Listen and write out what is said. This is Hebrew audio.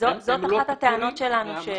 זאת אחת הטענות שלנו.